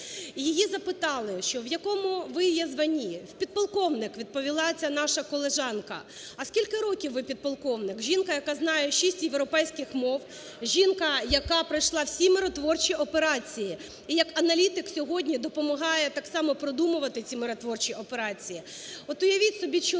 Її запитали, що "в якому ви є званні". "Підполковник",- відповідала ця наша колежанка. "А скільки років ви підполковник?" Жінка, яка знає шість європейських мов, жінка, яка пройшла всі миротворчі операції і як аналітик сьогодні допомагає так само продумувати ці миротворчі операції.